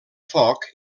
foc